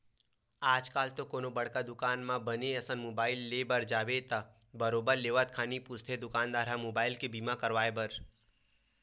आजकल तो कोनो बड़का दुकान म बने असन मुबाइल ले बर जाबे त बरोबर लेवत खानी पूछथे दुकानदार ह मुबाइल के बीमा कराय बर